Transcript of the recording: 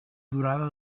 durada